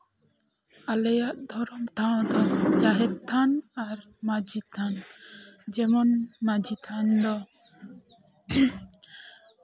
ᱟᱞᱮᱭᱟᱜ ᱫᱷᱚᱨᱚᱢ ᱴᱷᱟᱶ ᱫᱚ ᱡᱟᱦᱮᱨ ᱛᱷᱟᱱ ᱟᱨ ᱢᱟᱺᱡᱷᱤ ᱛᱷᱟᱱ ᱡᱮᱢᱚᱱ ᱢᱟᱺᱡᱷᱤ ᱛᱷᱟᱱ ᱫᱚ